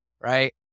right